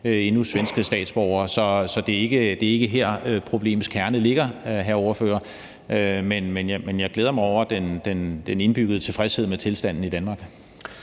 endnu ikke svenske statsborgere. Så det er ikke her, problemets kerne ligger, hr. Peter Kofod. Men jeg glæder mig over den indbyggede tilfredshed med tilstanden i Danmark.